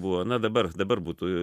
buvo na dabar dabar būtų